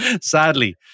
sadly